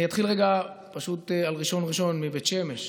אני אתחיל רגע, פשוט, על ראשון ראשון, מבית שמש.